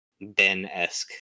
Ben-esque